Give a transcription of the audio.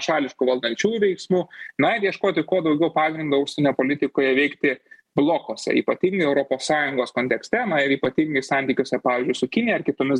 šališkų valdančiųjų veiksmų na ir ieškoti kuo daugiau pagrindo užsienio politikoje veikti blokuose ypatingai europos sąjungos kontekste ypatingai santykiuose pavyzdžiui su kinija ar kitomis